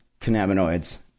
cannabinoids